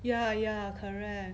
ya ya correct